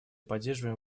поддерживаем